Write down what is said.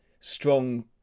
strong